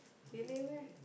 okay never mind